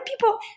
people